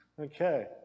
Okay